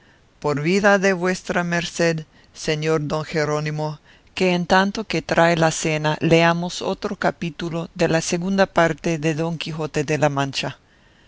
por vida de vuestra merced señor don jerónimo que en tanto que trae la cena leamos otro capítulo de la segunda parte de don quijote de la mancha